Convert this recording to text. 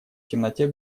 темноте